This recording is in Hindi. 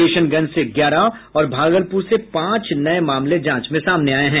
किशनगंज से ग्यारह और भागलपुर से पांच नये मामले जांच में सामने आये हैं